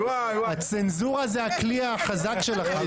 --- הצנזורה זה הכלי החזק שלכם.